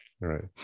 right